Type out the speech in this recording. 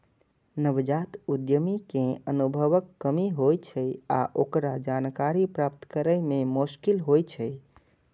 नवजात उद्यमी कें अनुभवक कमी होइ छै आ ओकरा जानकारी प्राप्त करै मे मोश्किल होइ छै